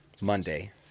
Monday